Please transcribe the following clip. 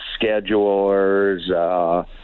schedulers